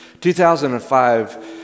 2005